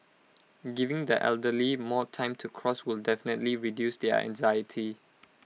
giving the elderly more time to cross will definitely reduce their anxiety